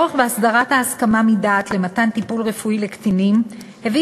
הצורך בהסדרת ההסכמה מדעת למתן טיפול רפואי לקטינים הביא